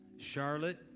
Charlotte